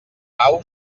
pau